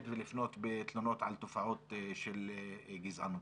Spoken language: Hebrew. ולפנות בתלונות על תופעות של גזענות.